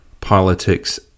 politics